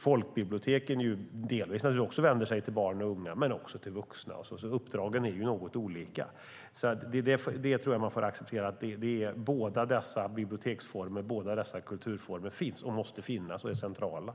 Folkbiblioteken vänder sig delvis till barn och unga men också till vuxna, så uppdragen är något olika. Jag tror att man får acceptera att båda dessa biblioteksformer, båda dessa kulturformer, finns och måste finnas och att de är centrala.